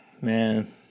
Man